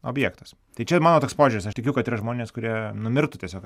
objektas tai čia mano toks požiūris aš tikiu kad yra žmonės kurie numirtų tiesiog